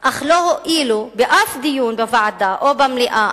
אך לא הואילו באף דיון בוועדה או במליאה